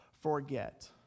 forget